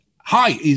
Hi